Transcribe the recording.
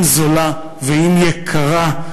אם זולה ואם יקרה,